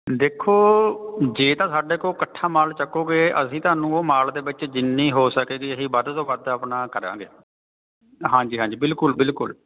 ਦੇਖੋ ਜੇ ਤਾਂ ਸਾਡੇ ਕੋਲ ਇਕੱਠਾ ਮਾਲ ਚੱਕੋਗੇ ਅਸੀਂ ਤੁਹਾਨੂੰ ਉਹ ਮਾਲ ਦੇ ਵਿੱਚ ਜਿੰਨੀ ਹੋ ਸਕੇਗੀ ਅਸੀਂ ਵੱਧ ਤੋਂ ਵੱਧ ਆਪਣਾ ਕਰਾਂਗੇ ਹਾਂਜੀ ਹਾਂਜੀ ਬਿਲਕੁਲ ਬਿਲਕੁਲ